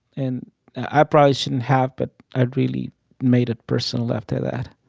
and i probably shouldn't have, but i really made it personal after that.